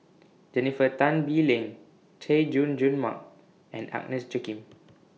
Jennifer Tan Bee Leng Chay Jung Jun Mark and Agnes Joaquim